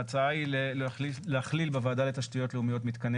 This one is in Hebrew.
ההצעה היא להכליל בוועדה לתשתיות לאומיות מתקני